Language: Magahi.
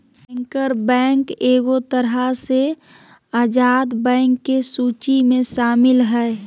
बैंकर बैंक एगो तरह से आजाद बैंक के सूची मे शामिल हय